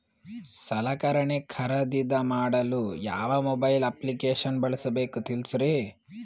ಸಲಕರಣೆ ಖರದಿದ ಮಾಡಲು ಯಾವ ಮೊಬೈಲ್ ಅಪ್ಲಿಕೇಶನ್ ಬಳಸಬೇಕ ತಿಲ್ಸರಿ?